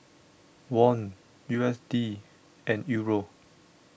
Won U S D and Euro